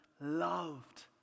loved